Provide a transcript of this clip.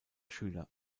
schüler